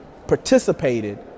participated